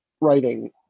writing